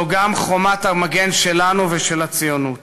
זו גם חומת המגן שלנו ושל הציונות.